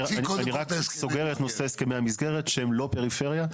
אני רק סוגר את נושא הסכמי המסגרת שהם לא פריפריה,